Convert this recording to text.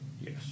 Yes